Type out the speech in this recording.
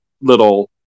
little